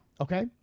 Okay